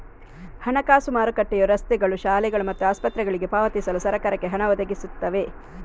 ಹಣಕಾಸು ಮಾರುಕಟ್ಟೆಯು ರಸ್ತೆಗಳು, ಶಾಲೆಗಳು ಮತ್ತು ಆಸ್ಪತ್ರೆಗಳಿಗೆ ಪಾವತಿಸಲು ಸರಕಾರಕ್ಕೆ ಹಣ ಒದಗಿಸ್ತವೆ